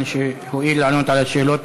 על שהואיל לענות על השאלות.